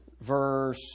Verse